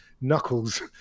Knuckles